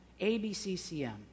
ABCCM